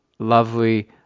lovely